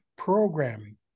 Programming